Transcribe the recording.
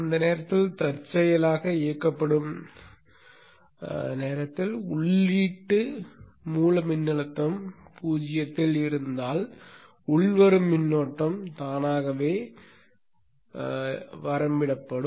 அந்த நேரத்தில் தற்செயலாக இயக்கப்படும் நேரத்தில் உள்ளீட்டு மூல மின்னழுத்தம் பூஜ்ஜியத்தில் இருந்தால் உள்வரும் மின்னோட்டம் தானாகவே வரம்பிடப்படும்